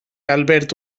albert